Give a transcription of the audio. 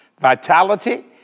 Vitality